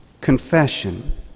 confession